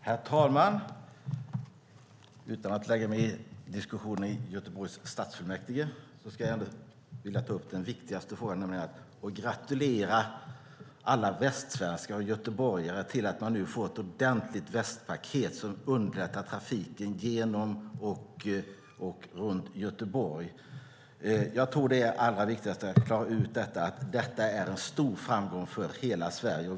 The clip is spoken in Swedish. Herr talman! Utan att lägga mig i diskussionen i Göteborgs stadsfullmäktige ska jag ta upp det viktigaste och gratulera alla västsvenskar och göteborgare till att ha fått ett ordentligt västsvenskt paket som underlättar trafiken genom och runt Göteborg. Det är en stor framgång för hela Sverige.